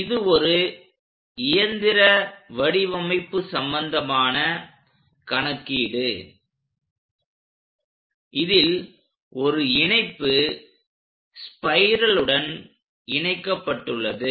இது ஒரு இயந்திர வடிவமைப்பு சம்மந்தமான கணக்கீடு இதில் ஒரு இணைப்பு ஸ்பைரலுடன் இணைக்கப்பட்டுள்ளது